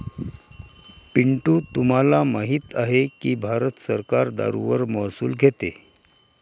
पिंटू तुम्हाला माहित आहे की भारत सरकार दारूवर महसूल घेते